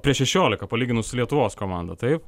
prieš šešiolika palyginus su lietuvos komanda taip